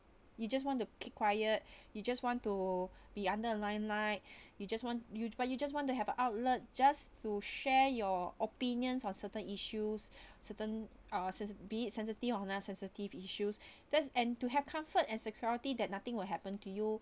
you just want to keep quiet you just want to be under the limelight you just want you but you just want to have a outlet just to share your opinions on certain issues certain uh sense~ be it sensitive on that sensitive issues that's and to have comfort and security that nothing will happen to you